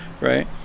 right